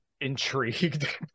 intrigued